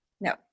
No